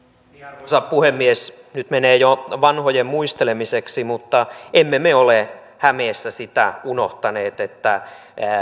arvoisa puhemies nyt menee jo vanhojen muistelemiseksi mutta emme me ole hämeessä sitä unohtaneet että